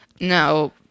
Now